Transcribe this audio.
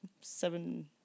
Seven